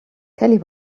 kelly